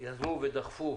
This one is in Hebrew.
שיזמו ודחפו